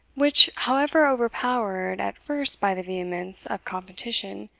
which, however overpowered at first by the vehemence of competition,